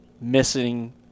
missing